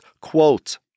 Quote